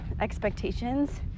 Expectations